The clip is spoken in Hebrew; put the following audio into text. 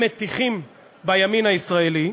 הם מטיחים בימין הישראלי,